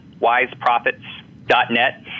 wiseprofits.net